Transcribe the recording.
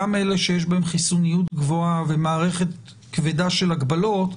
גם אלה שיש בהם חיסוניות גבוהה ומערכת כבדה של הגבלות,